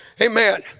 Amen